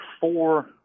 four